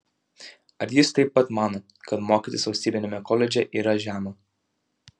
ar jis taip pat mano kad mokytis valstybiniame koledže yra žema